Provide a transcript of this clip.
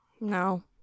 No